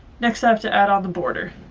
next i have to add on the border.